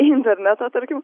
į internetą tarkim